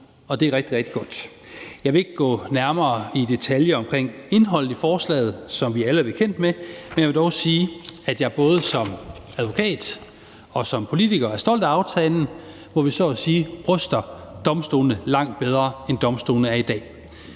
og det er rigtig, rigtig godt. Jeg vil ikke gå nærmere i detaljer omkring indholdet i forslaget, som vi alle er bekendt med, men jeg vil dog sige, at jeg både som advokat og som politiker er stolt af aftalen, hvor vi så at sige ruster domstolene langt bedre, end vi gør i dag.